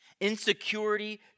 Insecurity